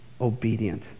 obedient